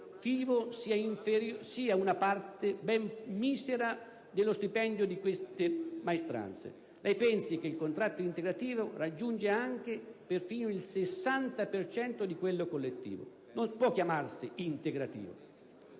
sia una parte ben misera dello stipendio di queste maestranze. Pensi che il contratto integrativo raggiunge anche il 60 per cento di quello collettivo. Non può chiamarsi integrativo.